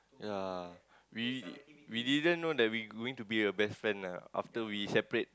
yea we we didn't know that we going to be a best friend ah after we separate